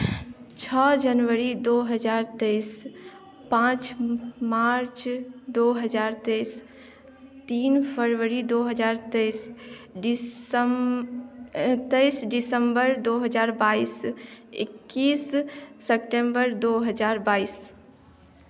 छओ जनवरी दू हजार तेइस पाँच मार्च दू हजार तेइस तीन फरवरी दू हजार तेइस तेइस दिसम्बर दू हजार बाइस इक्कीस सेप्टेम्बर दू हजार बाइस